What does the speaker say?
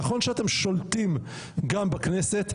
נכון שאתם שולטים גם בכנסת,